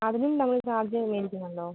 അതിനും നമ്മൾ ചാർജ് മേടിക്കുന്നുണ്ടോ